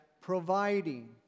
providing